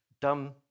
dumb